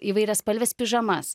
įvairiaspalves pižamas